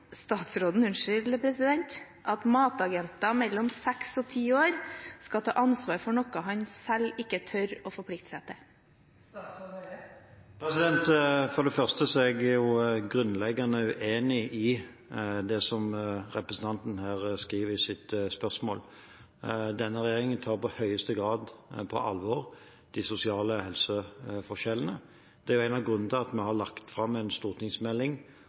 at matagenter mellom seks og ti år skal ta ansvar for noe han selv ikke tør å forplikte seg til?» For det første er jeg grunnleggende uenig i det som representanten her skriver i sitt spørsmål. Denne regjeringen tar i høyeste grad på alvor de sosiale helseforskjellene. Det er en av grunnene til at vi har lagt fram en stortingsmelding